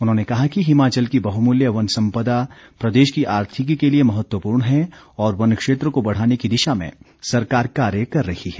उन्होंने कहा कि हिमाचल की बहुमूल्य वन संपदा प्रदेश की आर्थिकी के लिए महत्वपूर्ण है और वन क्षेत्र को बढ़ाने की दिशा में सरकार कार्य कर रही है